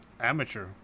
amateur